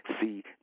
See